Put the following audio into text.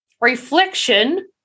reflection